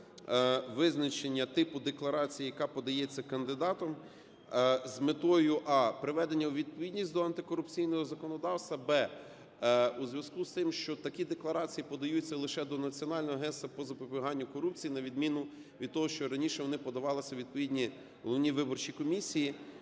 визначення типу декларації, яка подається кандидатом з метою: а) приведення у відповідність до антикорупційного законодавства; б) у зв'язку з тим, що такі декларації подаються лише до Національного агентства по запобіганню корупції, на відміну від того, що раніше вони подавалися у відповідні головні виборчі комісії.